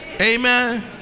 Amen